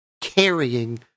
carrying